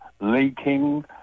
leaking